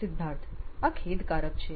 સિદ્ધાર્થ આ ખેદકારક છે